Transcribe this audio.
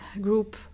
group